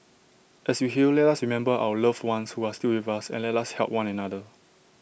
as we heal let us remember our loved ones who are still with us and let us help one another